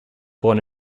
born